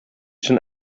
schon